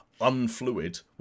unfluid